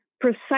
precise